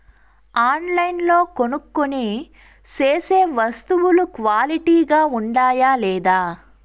ఆన్లైన్లో కొనుక్కొనే సేసే వస్తువులు క్వాలిటీ గా ఉండాయా లేదా?